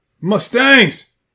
Mustangs